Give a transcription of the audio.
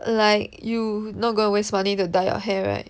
like you not going to waste money to dye your hair right